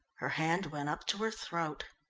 her hand went up to her throat.